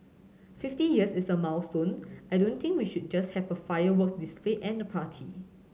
fifty years is a milestone I don't think we should just have a fireworks display and a party